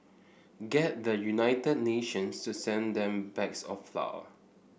get the United Nations to send them bags of flour